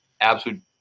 absolute